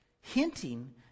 hinting